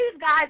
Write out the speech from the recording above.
guys